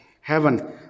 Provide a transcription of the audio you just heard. heaven